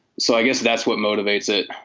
so i guess that's what motivates it